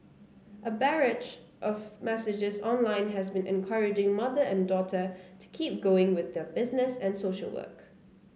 a barrage of messages online has been encouraging mother and daughter to keep going with their business and social work